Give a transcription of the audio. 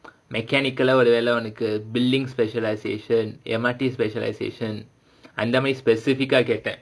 mechanical உனக்கு:unaku building specialisation M_R_T specialisation அந்த மாதிரி:andha maadhiri specific ah கேட்டேன்:kettaen